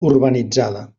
urbanitzada